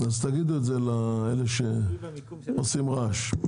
אז תגיד את זה לאלה שעושים רעש.